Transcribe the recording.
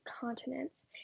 continents